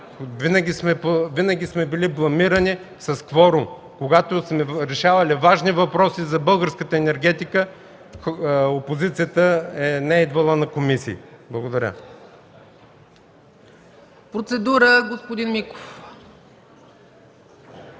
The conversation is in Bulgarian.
Винаги сме били бламирани с кворум – когато сме решавали важни въпроси за българската енергетика, опозицията не е идвала на комисиите. Благодаря.